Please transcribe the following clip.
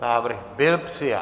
Návrh byl přijat.